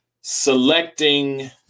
selecting